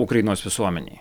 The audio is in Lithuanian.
ukrainos visuomenėje